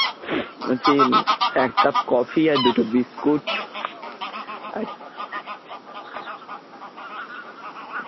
বলছি এক cup coffee আর দুটো বিস্কুট আর